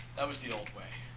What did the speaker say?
that was the old way.